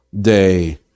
day